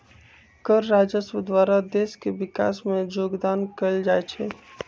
कर राजस्व द्वारा देश के विकास में जोगदान कएल जाइ छइ